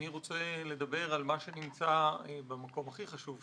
אני רוצה לדבר על מה שנמצא במקום הכי חשוב,